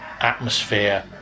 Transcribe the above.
atmosphere